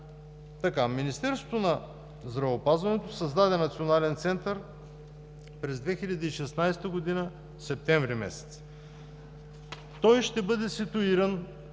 Министерството на здравеопазването създаде Национален център през месец септември 2016 г.. Той ще бъде ситуиран